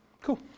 Cool